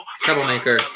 Troublemaker